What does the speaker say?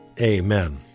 Amen